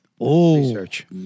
research